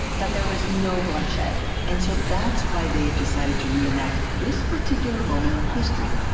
that there was no bloodshed and so that's why they've decided to re-enact this particular moment in history,